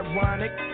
Ironic